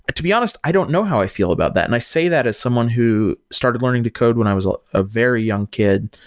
ah to be honest, i don't know how i feel about that. and i say that as someone who started learning to code when i was a very young kid,